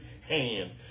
hands